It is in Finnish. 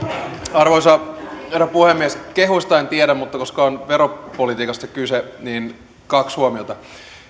arvoisa herra puhemies kehuista en tiedä mutta koska on veropolitiikasta kyse niin kaksi huomiota